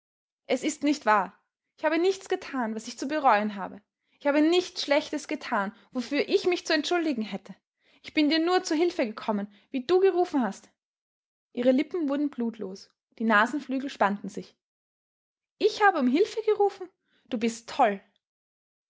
es ist nicht wahr ich habe nichts getan was ich zu bereuen habe ich habe nichts schlechtes getan wofür ich mich zu entschuldigen hätte ich bin dir nur zu hilfe gekommen wie du gerufen hast ihre lippen wurden blutlos die nasenflügel spannten sich ich habe um hilfe gerufen du bist toll